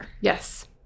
Yes